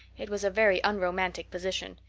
it was a very unromantic position,